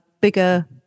bigger